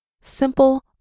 simple